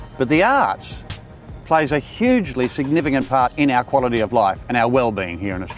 but the arts plays a hugely significant part in our quality of life and our well-being here in